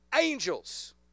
angels